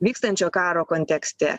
vykstančio karo kontekste